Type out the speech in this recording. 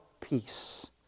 peace